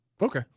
Okay